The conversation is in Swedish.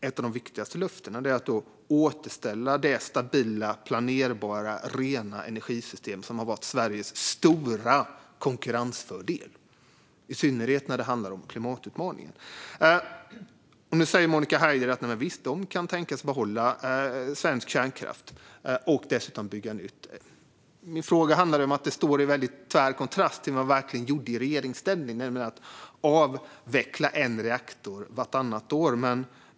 Ett av de viktigaste löftena är att återställa det stabila, planerbara och rena energisystem som har varit Sveriges stora konkurrensfördel, i synnerhet när det handlar om klimatutmaningen. Nu säger Monica Haider att de visst kan tänka sig att behålla svensk kärnkraft och dessutom bygga nytt. Min fråga handlade om att det står i tvär kontrast till vad man verkligen gjorde i regeringsställning, nämligen att avveckla en reaktor vartannat år.